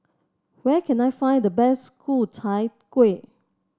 where can I find the best Ku Chai Kueh